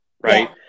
Right